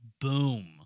Boom